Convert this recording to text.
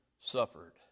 suffered